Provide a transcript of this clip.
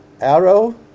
arrow